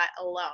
alone